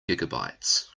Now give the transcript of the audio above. gigabytes